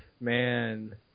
man